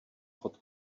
chod